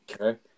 Okay